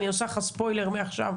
אני עושה לך ספוילר מעכשיו.